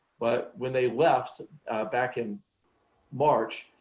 but when they left back in march,